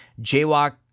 Jaywalk